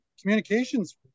communications